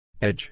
Edge